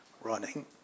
running